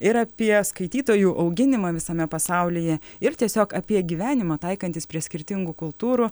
ir apie skaitytojų auginimą visame pasaulyje ir tiesiog apie gyvenimą taikantis prie skirtingų kultūrų